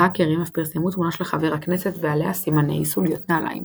ההאקרים אף פרסמו תמונה של חבר הכנסת ועליה סימני סוליות נעליים.